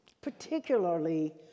particularly